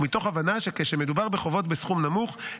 ומתוך הבנה שכשמדובר בחובות בסכום נמוך,